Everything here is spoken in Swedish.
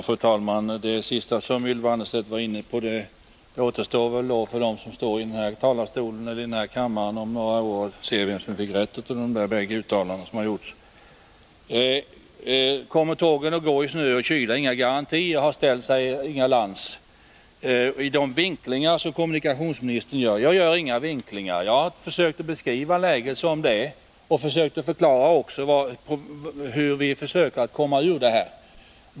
Fru talman! När det gäller det sista Ylva Annerstedt var inne på återstår det för dem som finns här i kammaren om några år att se vem som gjorde det rätta uttalandet. Kommer tågen att gå i snö och kyla? Inga garantier har lämnats, säger Inga Lantz. I de vinklingar som kommunikationsministern gör, fortsätter hon, men jag gör inga vinklingar. Jag har försökt att beskriva läget som det är och försökt att förklara hur vi arbetar för att komma ur det.